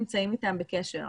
אנחנו פשוט נמצאים איתם בקשר.